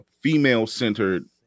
female-centered